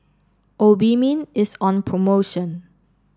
obimin is on promotion